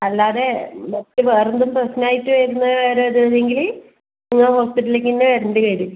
അല്ലാതെ മറ്റ് വേറെ എന്തെങ്കിലും പ്രശ്നമായിട്ട് വരുന്ന വരെ ഇത് എങ്കില് നിങ്ങള് ഹോസ്പിറ്റലിലേക്കുതന്നെ വരേണ്ടി വരും